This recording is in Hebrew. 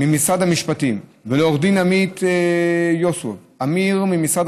ממשרד המשפטים ולעו"ד עמית יוסוב עמיר ממשרד